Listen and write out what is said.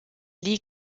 lee